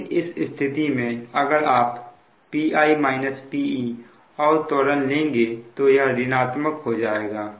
लेकिन इस स्थिति में अगर आप Pi Pe अवत्वरण लेंगे तो यह ऋणात्मक हो जाएगा